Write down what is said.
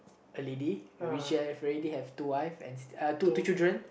a lady who which have already have two wife and uh two children